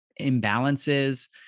imbalances